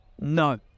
No